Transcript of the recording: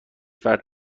فرد